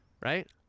Right